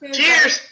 Cheers